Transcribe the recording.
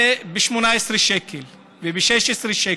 זה ב-18 שקלים וב-16 שקלים.